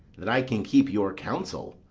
that i can keep your counsel,